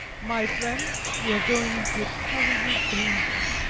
my friends, we are going into a terrible danger,